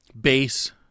bass